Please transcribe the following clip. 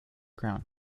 ground